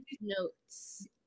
notes